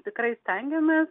tikrai stengiamės